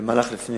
במהלך לפני